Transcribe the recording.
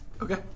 Okay